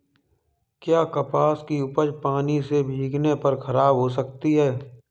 क्या कपास की उपज पानी से भीगने पर खराब हो सकती है?